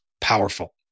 powerful